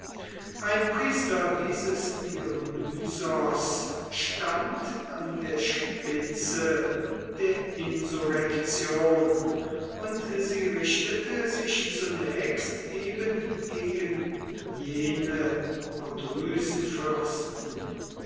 ein priester dieses dionysos stand an der spitze der insurrektion und sie richtete sich zunächst eben gegen jene